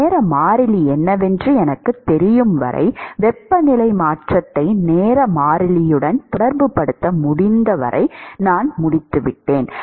நேர மாறிலி என்னவென்று எனக்குத் தெரியும் வரை வெப்பநிலை மாற்றத்தை நேர மாறிலியுடன் தொடர்புபடுத்த முடிந்த வரை நான் முடித்துவிட்டேன்